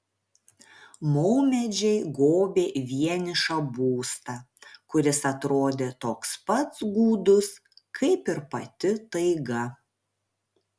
maumedžiai gobė vienišą būstą kuris atrodė toks pat gūdus kaip ir pati taiga